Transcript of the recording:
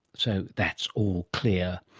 so that's all clear.